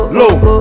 low